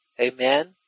amen